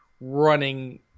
running